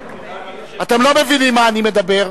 אתם לא מבינים מה אני מדבר.